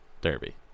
Derby